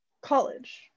College